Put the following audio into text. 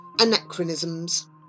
anachronisms